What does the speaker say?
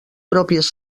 pròpies